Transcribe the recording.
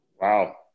Wow